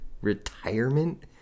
Retirement